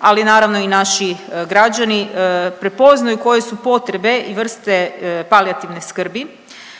ali naravno i naši građani prepoznaju koje su potrebe i vrste palijativne skrbi,